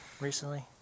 recently